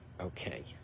Okay